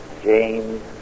James